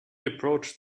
approached